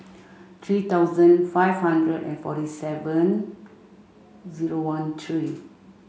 three thousand five hundred and forty seven zero one three